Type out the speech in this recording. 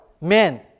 Men